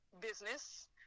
business